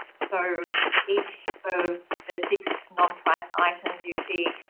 so each of the six non price items you see,